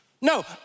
No